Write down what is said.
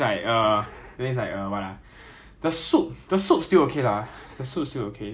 or unhealthy food day I think it's Wednesday or cannot remember is it Tuesday or Wednesday cannot remember 忘记了